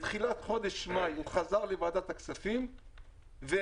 בתחילת חודש מאי הוא חזר לוועדת הכספים והעביר,